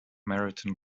meriton